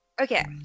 Okay